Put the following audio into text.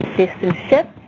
distance shipped,